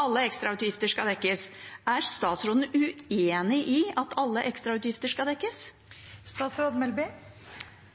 alle ekstrautgifter skal dekkes. Er statsråden uenig i at alle ekstrautgifter skal dekkes?